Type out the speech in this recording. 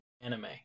anime